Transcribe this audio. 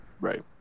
Right